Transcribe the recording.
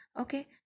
Okay